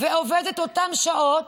ועובד את אותן שעות,